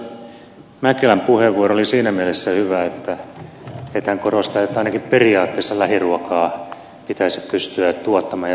tuo edustaja mäkelän puheenvuoro oli siinä mielessä hyvä että hän korosti että ainakin periaatteessa lähiruokaa pitäisi pystyä tuottamaan ja sen arvo nousee